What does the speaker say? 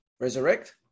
resurrect